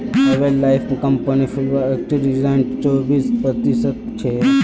herbal life company Flipkart return चोबीस प्रतिशतछे